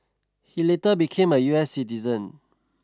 he later became a U S citizen